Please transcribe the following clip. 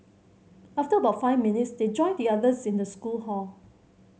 after about five minutes they joined the others in the school hall